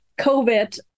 COVID